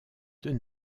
deux